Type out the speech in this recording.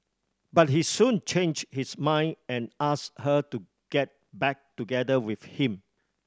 but he soon change his mind and ask her to get back together with him